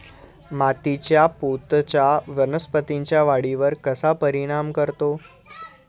मातीच्या पोतचा वनस्पतींच्या वाढीवर कसा परिणाम करतो?